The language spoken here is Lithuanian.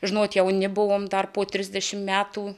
žinot jauni buvom dar po trisdešimt metų